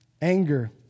Anger